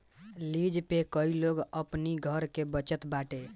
lease पे कई लोग अपनी घर के बचत बाटे